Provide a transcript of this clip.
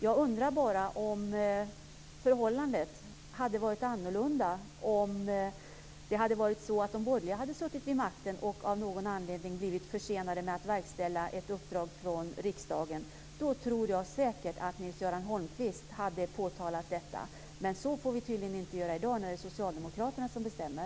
Jag undrar om förhållandet hade varit annorlunda om de borgerliga hade suttit vid makten och av någon anledning blivit försenade med att verkställa ett uppdrag från riksdagen. Då tror jag säkert att Nils-Göran Holmqvist hade påtalat detta. Men så får vi tydligen inte göra i dag när det är Socialdemokraterna som bestämmer.